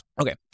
Okay